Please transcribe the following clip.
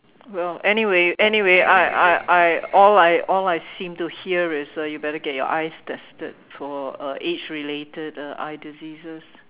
well anyway anyway I I I all I all I seem to hear is uh you better get your eyes tested for uh age related eye diseases